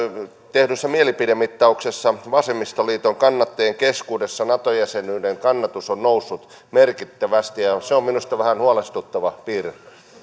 tehdyssä mielipidemittauksessa vasemmistoliiton kannattajien keskuudessa nato jäsenyyden kannatus on noussut merkittävästi se on minusta vähän huolestuttava piirre